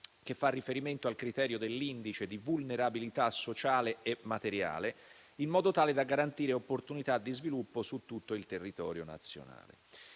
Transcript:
che fa riferimento al criterio dell'indice di vulnerabilità sociale e materiale, in modo da garantire opportunità di sviluppo su tutto il territorio nazionale.